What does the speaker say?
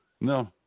No